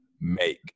make